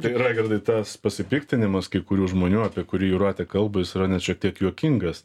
tai raigardai tas pasipiktinimas kai kurių žmonių apie kurį jūratė kalba jis yra net šiek tiek juokingas